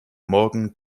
morgen